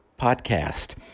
podcast